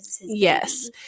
yes